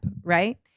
right